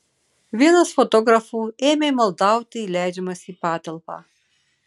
vienas fotografų ėmė maldauti įleidžiamas į patalpą